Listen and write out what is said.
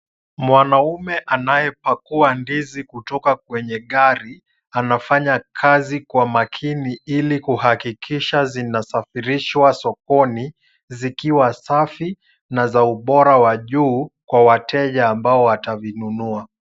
Mwanaume anayepakua ndizi kutoka kwenye gari. Anafanya kazi kwa makini ili kuhakikisha zinasafirishwa sokoni zikiwa safi na za ubora wa juu kwa wateja ambao watazinunua.